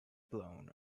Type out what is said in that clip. blown